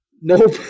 Nope